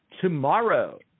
Tomorrow